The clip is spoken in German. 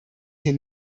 hier